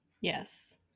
Yes